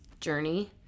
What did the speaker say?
journey